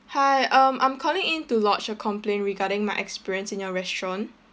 hi um I'm calling in to lodge a complaint regarding my experience in your restaurant